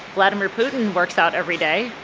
vladimir putin works out every day.